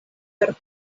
per